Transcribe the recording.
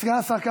סגן השר קארה.